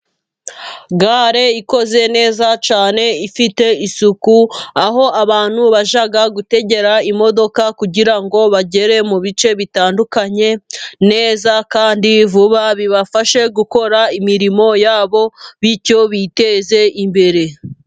Gare ikoze neza cyane ifite isuku, aho abantu bajya gutegera imodoka kugira ngo bagere mu bice bitandukanye neza kandi vuba; bibafashe gukora imirimo yabo bityo biteze imbere.